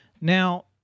Now